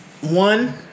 one